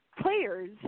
players